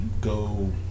go